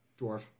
Dwarf